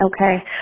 Okay